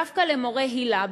דווקא מורי היל"ה,